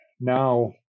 now